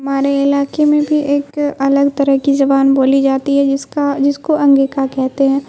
ہمارے علاقے میں بھی ایک الگ طرح کی زبان بولی جاتی ہے جس کا جس کو انگیکا کہتے ہیں